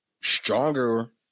stronger